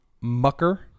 Mucker